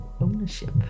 ownership